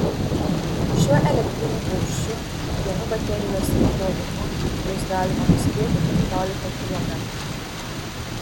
šiuo elektriniu paukščiu vienu baterijos įkrovimu bus galima nuskrieti penkiolika kilometrų